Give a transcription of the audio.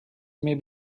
may